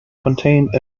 contained